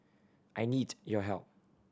I need your help